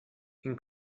این